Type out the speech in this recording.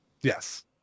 Yes